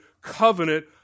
covenant